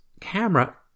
camera